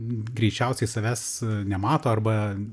greičiausiai savęs nemato arba